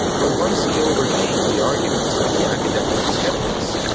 but once he overcame the arguments of the academic skeptics,